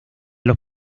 los